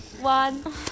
one